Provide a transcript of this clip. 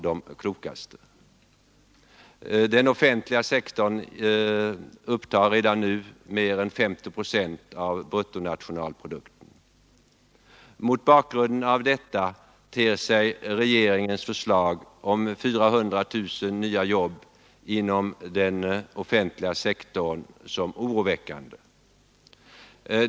Den offentliga sektorn upptar redan nu mer än 50 procent av bruttonationalprodukten. Mot bakgrunden av detta ter sig regeringens förslag om 400 000 nya jobb inom den offentliga sektorn som oroväckande.